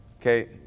Okay